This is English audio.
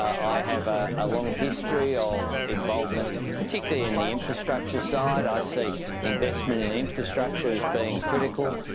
i have a long history of involvement particularly in the infrastructure side. i see investment in infrastructure as being critical.